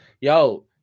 Yo